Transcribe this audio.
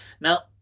Now